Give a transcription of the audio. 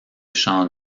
champs